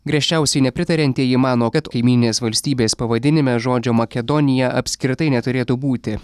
griežčiausiai nepritariantieji mano kad kaimyninės valstybės pavadinime žodžio makedonija apskritai neturėtų būti